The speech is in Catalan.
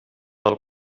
del